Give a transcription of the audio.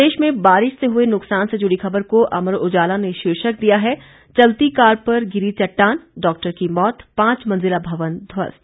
प्रदेश में बारिश से हुए नुकसान से जुड़ी खबर को अमर उजाला ने शीर्षक दिया है चलती कार पर गिरी चट्टान डॉक्टर की मौत पांच मंजिला भवन ध्वस्त